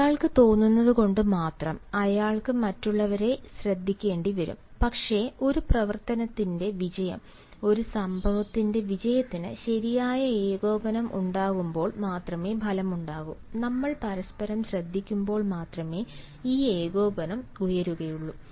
അയാൾക്ക് തോന്നുന്നതുകൊണ്ട് മാത്രം അയാൾക്ക് മറ്റുള്ളവരെ ശ്രദ്ധിക്കേണ്ടിവരും പക്ഷേ ഒരു പ്രവർത്തനത്തിൻറെ വിജയം ഒരു സംഭവത്തിന്റെ വിജയത്തിന് ശരിയായ ഏകോപനം ഉണ്ടാകുമ്പോൾ മാത്രമേ ഫലമുണ്ടാകൂ നമ്മൾ പരസ്പരം ശ്രദ്ധിക്കുമ്പോൾ മാത്രമേ ഈ ഏകോപനം ഉയരുകയുള്ളൂ